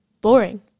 boring